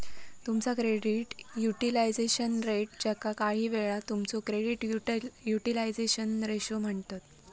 तुमचा credit utilisation rate, ज्याका काहीवेळा तुमचो क्रेडिट युटिलायझेशन रेशो म्हणतत